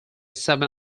seven